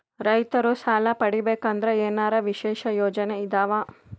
ರೈತರು ಸಾಲ ಪಡಿಬೇಕಂದರ ಏನರ ವಿಶೇಷ ಯೋಜನೆ ಇದಾವ?